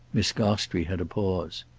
miss gostrey had a pause.